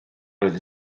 oedd